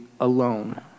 alone